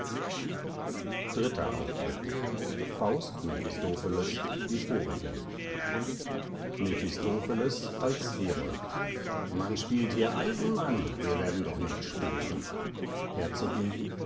dritter auftritt faust mephistopheles die vorigen mephistopheles als herold man spielt hier eisenmann wir werden doch nicht stören herzogin